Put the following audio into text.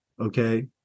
okay